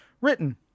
written